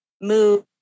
move